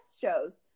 shows